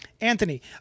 anthony